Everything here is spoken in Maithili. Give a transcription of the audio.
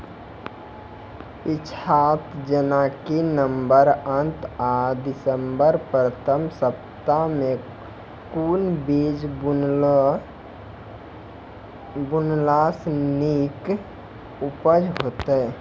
पीछात जेनाकि नवम्बर अंत आ दिसम्बर प्रथम सप्ताह मे कून बीज बुनलास नीक उपज हेते?